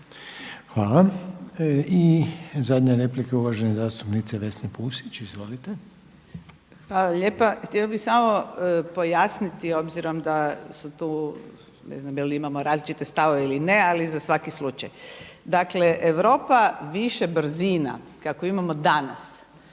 Hvala. I zadnja replika uvažene zastupnice Vesne Pusić. Izvolite. **Pusić, Vesna (HNS)** Hvala lijepa. Htjela bih samo pojasniti obzirom da su tu, ne znam je li imamo različite stavove ili ne ali za svaki slučaj. Dakle, Europa više brzina kako imamo danas